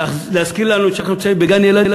להזכיר לנו שאנחנו נמצאים בגן-ילדים